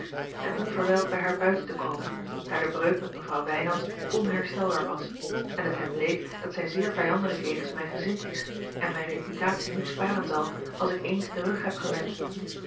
en onverwijld bij haar buiten te komen daar de breuk met mevrouw wijnands onherstelbaar was en het hem bleek dat zij zeer vijandelijk jegens mij gezind is en mijne reputatie niet sparen zal als ik eens den rug heb gewend